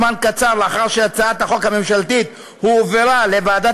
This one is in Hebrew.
זמן קצר לאחר שהצעת החוק הממשלתית הועברה לוועדת